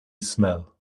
smell